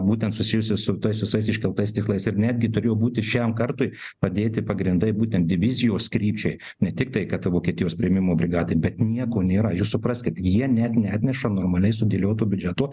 būtent susijusi su tais visais iškeltais tikslais ir netgi turėjo būti šiam kartui padėti pagrindai būtent divizijos krypčiai ne tik tai kad vokietijos priėmimo brigadai bet nieko nėra jūs supraskit jie net neatneša normaliai sudėlioto biudžeto